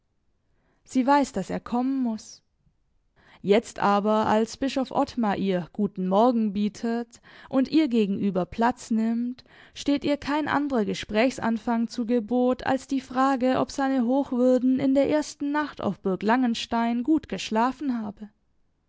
sie weiß daß er kommen muß jetzt aber als bischof ottmar ihr guten morgen bietet und ihr gegenüber platz nimmt steht ihr kein anderer gesprächsanfang zu gebot als die frage ob seine hochwürden in der ersten nacht auf burg langenstein gut geschlafen habe